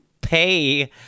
pay